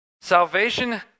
Salvation